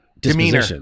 Demeanor